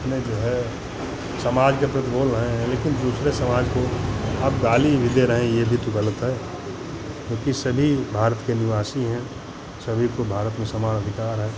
अपने जो है समाज को कुछ बोल रहे हैं लेकिन दूसरे समाज को आप गाली भी दे रहे हैं ये भी तो ग़लत है क्योंकि सभी भारत के निवासी हैं सभी को भारत में समान अधिकार है